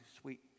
sweet